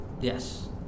Yes